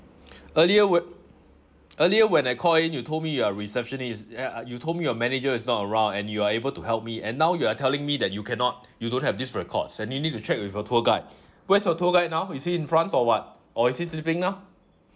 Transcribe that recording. earlier whe~ earlier when I call in you told me you are receptionist ya uh you told me your manager is not around and you are able to help me and now you are telling me that you cannot you don't have this records and you need to check with the tour guide where's your tour guide now is he in france or what or is he sleeping now